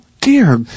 dear